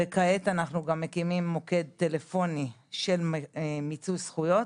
וכעת אנחנו גם מקימים מוקד טלפוני של מיצוי זכויות,